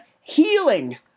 healing